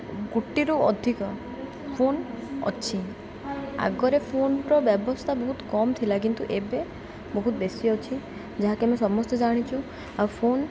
ଗୋଟିଏରୁ ଅଧିକ ଫୋନ୍ ଅଛି ଆଗରେ ଫୋନ୍ର ବ୍ୟବସ୍ଥା ବହୁତ କମ୍ ଥିଲା କିନ୍ତୁ ଏବେ ବହୁତ ବେଶୀ ଅଛି ଯାହାକି ଆମେ ସମସ୍ତେ ଜାଣିଛୁ ଆଉ ଫୋନ୍